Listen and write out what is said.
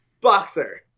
Boxer